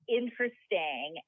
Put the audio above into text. interesting